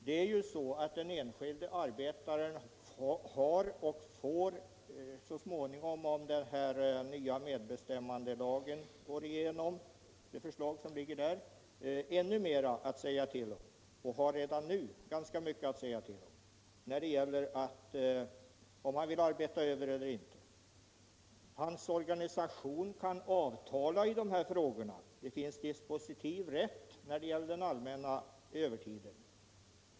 Det är ju så att den enskilda arbetaren så småningom får — när den nya medbestämmandelagen går igenom — ännu mera att säga till om, och redan nu har han mycket att säga till om när det gäller att avgöra om han vill arbeta över eller inte. Hans organisation kan avtala i de här frågorna; det finns en sådan dispositiv rätt när det gäller den allmänna övertiden.